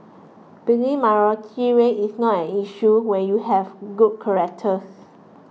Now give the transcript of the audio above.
being a minority race is not an issue when you have good characters